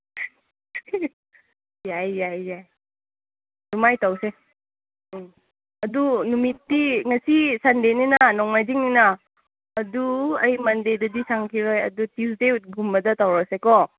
ꯌꯥꯏ ꯌꯥꯏ ꯌꯥꯏ ꯑꯗꯨꯃꯥꯏꯅ ꯇꯧꯁꯦ ꯎꯝ ꯑꯗꯨ ꯅꯨꯃꯤꯠꯇꯤ ꯉꯁꯤ ꯁꯟꯗꯦꯅꯤꯅ ꯅꯣꯡꯃꯥꯏꯖꯤꯡꯅꯤꯅ ꯑꯗꯨ ꯑꯩ ꯃꯟꯗꯦꯗꯗꯤ ꯁꯪꯈꯤꯔꯣꯏ ꯑꯗꯨ ꯇ꯭ꯌꯨꯁꯗꯦꯒꯨꯝꯕꯗ ꯇꯧꯔꯁꯦ ꯀꯣ